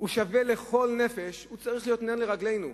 שהוא שווה לכל נפש, צריך להיות נר לרגלינו.